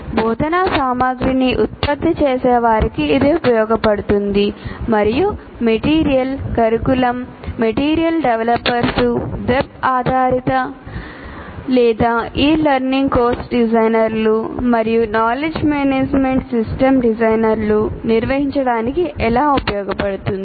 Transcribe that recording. బోధనా సామగ్రిని ఉత్పత్తి చేసేవారికి ఇది ఉపయోగపడుతుంది మరియు మెటీరియల్ కరికులం మెటీరియల్ డెవలపర్లు నిర్వహించడానికి ఎలా ఉపయోగపడుతుంది